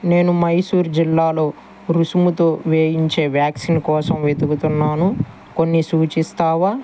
నేను మైసూర్ జిల్లాలో రుసుముతో వేయించే వ్యాక్సిన్ కోసం వెతుకుతున్నాను కొన్ని సూచిస్తావా